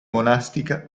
monastica